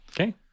Okay